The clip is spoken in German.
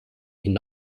hin